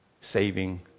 saving